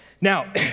Now